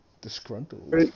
Disgruntled